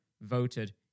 voted